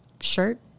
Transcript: shirt